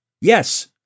Yes